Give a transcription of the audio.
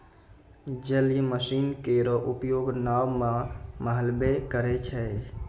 जलीय मसीन केरो उपयोग नाव म मल्हबे करै छै?